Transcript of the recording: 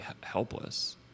helpless